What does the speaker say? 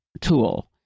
tool